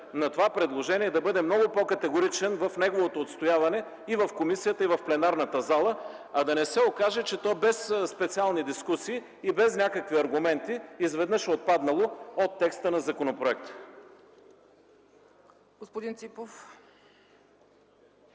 на това предложение да бъде много по-категоричен в неговото отстояване и в комисията, и в пленарната зала, а да не се окаже, че то без специални дискусии и без някакви аргументи изведнъж е отпаднало от текста на законопроекта.